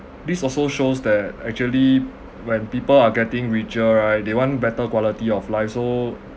this also shows that actually when people are getting richer right they want better quality of life so